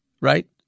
Right